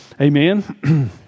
Amen